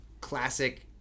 classic